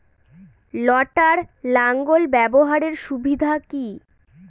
লটার লাঙ্গল ব্যবহারের সুবিধা কি?